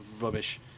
rubbish